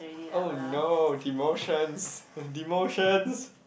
oh no demotions of demotions